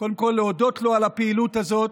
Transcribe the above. קודם כול להודות לו על הפעילות הזאת,